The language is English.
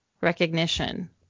recognition